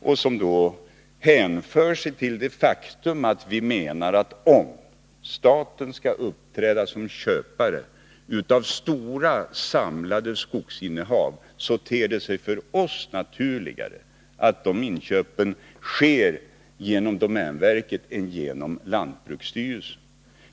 Detta hänför sig till att vi menar, att om staten skall uppträda som köpare av stora, samlade skogsinnehav, så ter det sig för oss naturligare att de inköpen sker genom domänverket än genom lantbruksstyrelsen.